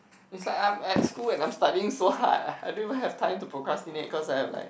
it's like I'm at school and I'm studying so hard ah I don't even have time to procrastinate cause I have like